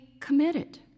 committed